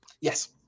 Yes